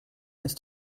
ist